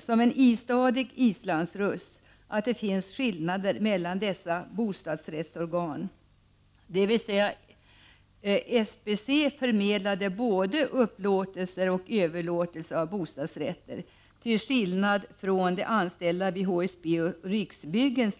som ett istadigt islandsruss att det finns skillnader mellan dessa bostadsrättsorgan. SBC förmedlar nämligen både upplåtelser och överlåtelser av bostadsrätter, till skillnad från HSB och Riksbyggen.